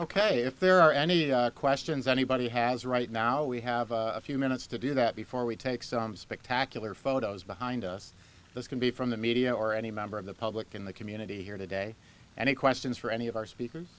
ok if there are any questions anybody has right now we have a few minutes to do that before we take some spectacular photos behind us this can be from the media or any member of the public in the community here today and questions for any of our speakers